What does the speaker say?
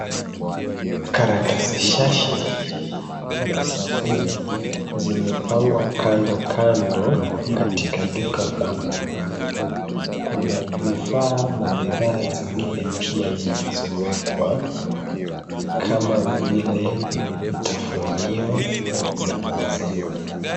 Karatasi shashi, na sabuni zimepangwa kando kando katika duka kuu. Kuna vifaa na bidhaa zingine pia zilizowekwa, kama vile vitafunio na maziwa.